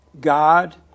God